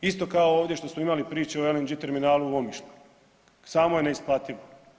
Isto kao ovdje što smo imali priče o LNG terminalu u Omišlju, samo je neisplativo.